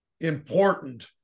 important